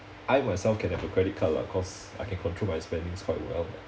I myself can have a credit card lah cause I can control my spendings quite well